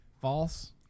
False